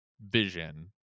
vision